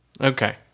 Okay